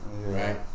Right